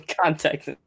context